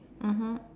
mmhmm